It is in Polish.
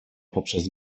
poprzez